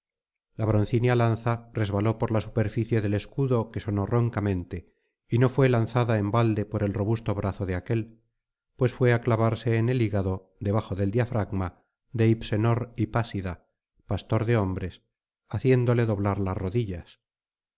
la broncínea lanza resbaló por la superficie del escudo que sonó roncamente y no fué lanzada en balde por el robusto brazo de aquél pues fué á clavarse en el hígado debajo del diafragma de hipsenor hipásida pastor de hombres haciéndole doblar las rodillas